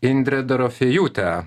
indrė dorofėjūtė